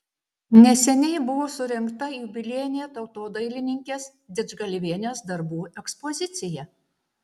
neseniai buvo surengta jubiliejinė tautodailininkės didžgalvienės darbų ekspozicija